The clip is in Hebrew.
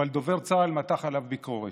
אבל דובר צה"ל מתח עליו ביקורת.